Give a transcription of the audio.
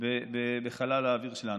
בחלל האוויר שלנו.